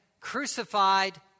crucified